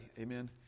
amen